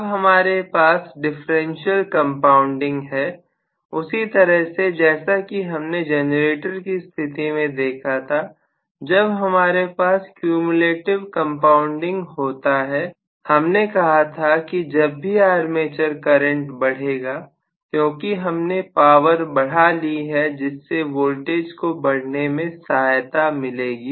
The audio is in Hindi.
अब हमारे पास डिफरेंशियल कंपाउंडिंग है उसी तरह से जैसा कि हमने जनरेटर की स्थिति में देखा था जब हमारे पास क्यूम्यूलेटिव कंपाउंडिंग होता है हमने कहा था कि जब भी आर्मेचर करंट बढ़ेगा क्योंकि हमने पावर बढ़ा ली है जिससे वोल्टेज को बढ़ने में सहायता मिलेगी